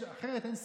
אחרת אין סיבה.